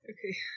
Okay